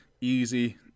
easy